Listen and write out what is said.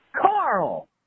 Carl